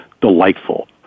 delightful